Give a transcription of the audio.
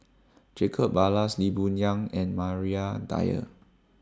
Jacob Ballas Lee Boon Yang and Maria Dyer